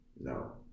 no